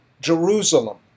Jerusalem